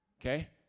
okay